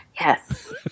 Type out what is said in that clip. Yes